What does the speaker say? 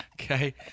Okay